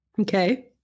Okay